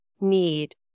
need